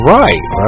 right